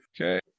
Okay